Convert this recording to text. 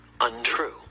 untrue